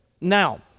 Now